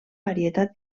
varietat